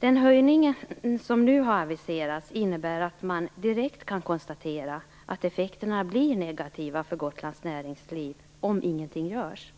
Den höjning som nu har aviserats innebär att man direkt kan konstatera att effekterna blir negativa för Gotlands näringsliv om ingenting görs.